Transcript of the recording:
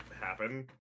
happen